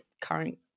current